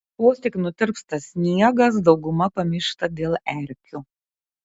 vos tik nutirpsta sniegas dauguma pamyšta dėl erkių